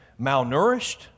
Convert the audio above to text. malnourished